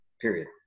Period